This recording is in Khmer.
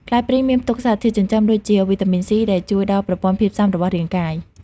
ផ្លែព្រីងមានផ្ទុកសារធាតុចិញ្ចឹមច្រើនដូចជា វីតាមីន C ដែលជួយដល់ប្រព័ន្ធភាពស៊ាំរបស់រាងកាយ។